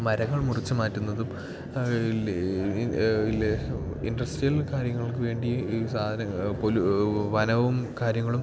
മരങ്ങൾ മുറിച്ച് മാറ്റുന്നതും ഇല്ലേ ഇനി ഇല്ലേ ഇൻഡസ്ട്രിയൽ കാര്യങ്ങൾക്ക് വേണ്ടി ഈ സാധനങ്ങൾ പൊള്യൂ വനവും കാര്യങ്ങളും